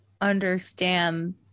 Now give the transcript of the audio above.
understand